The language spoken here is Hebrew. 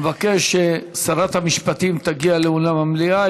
אני מבקש ששרת המשפטים תגיע לאולם המליאה,